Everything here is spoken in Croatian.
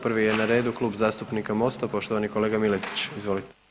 Prvi je na redu Klub zastupnika Mosta, poštovani kolega Miletić, izvolite.